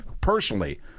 personally